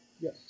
Yes